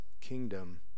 kingdom